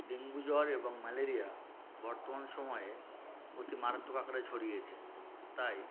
dengue জ্বর এবং malaria বর্তমান সময়ে অতি মারাত্মক আকারে ছড়িয়েছে তাই